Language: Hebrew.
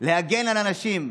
להגן על הנשים?